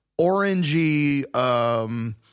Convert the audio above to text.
orangey